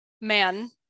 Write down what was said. man